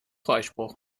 freispruch